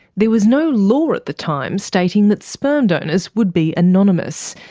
there was no law at the time stating that sperm donors would be anonymous.